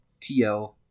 TL